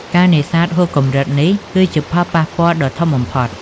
ការនេសាទហួសកម្រិត នេះគឺជាផលប៉ះពាល់ដ៏ធំបំផុត។